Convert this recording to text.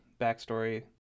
backstory